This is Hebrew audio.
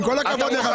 עם כל הכבוד לך,